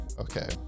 Okay